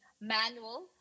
manual